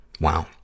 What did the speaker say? Wow